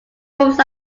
forms